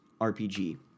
RPG